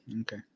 Okay